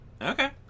Okay